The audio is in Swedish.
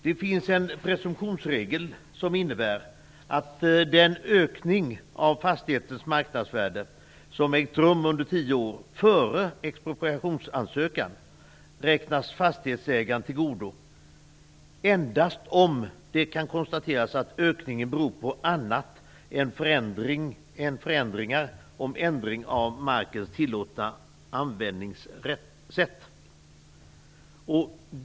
Det finns en presumtionsregel som innebär att den ökning av fastighetens marknadsvärde som ägt rum under tio år före expropriationsansökan räknas fastighetsägaren till godo endast om det kan konstateras att ökningen beror på annat än förändringar i fråga om markens tillåtna användningssätt.